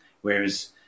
Whereas